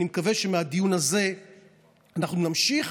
אני מקווה שמהדיון הזה אנחנו נמשיך,